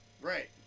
Right